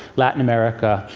latin america,